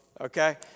okay